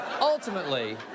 ultimately